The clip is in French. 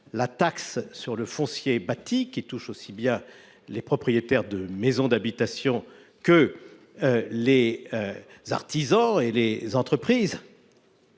la taxe sur le foncier bâti, qui touche aussi bien les propriétaires de maisons d’habitation que les artisans et les entreprises.